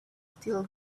still